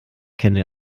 kenne